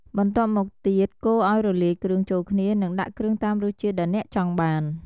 បន្ទាប់មកទៀត កូរឱ្យរលាយគ្រឿងចូលគ្នា និងដាក់គ្រឿងតាមរសជាតិដែលអ្នកចង់បាន។